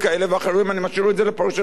אני משאיר את זה לפרשנות שלכם.